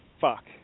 Fuck